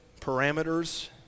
parameters